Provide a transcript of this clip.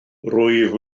rwyf